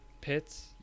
pits